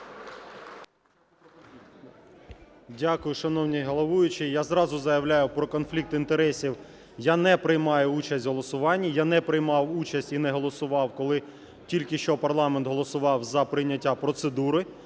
Дякую, шановний головуючий. Я зразу заявляю про конфлікт інтересів. Я не приймаю участь у голосуванні. Я не приймав участь і не голосував, коли тільки що парламент голосував за прийняття процедури,